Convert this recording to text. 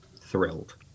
thrilled